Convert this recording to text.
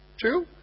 True